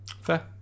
fair